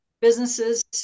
businesses